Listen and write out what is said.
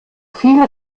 viel